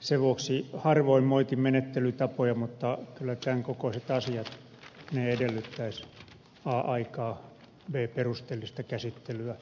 sen vuoksi vaikka harvoin moitin menettelytapoja niin kyllä tämän kokoiset asiat edellyttäisivät a aikaa b perusteellista käsittelyä